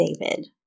David